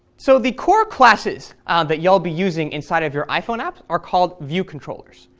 so the core classes that you'll be using inside of your iphone app are called view controllers,